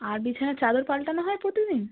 আর বিছানার চাদর পালটানো হয় প্রতি দিন